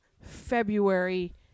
February